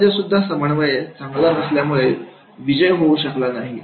खेळांमध्येसुद्धा समन्वय चांगला नसल्यामुळे विजय होऊ शकला नाही